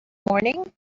morning